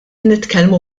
nitkellmu